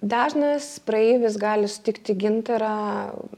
dažnas praeivis gali sutikti gintarą